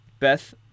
Beth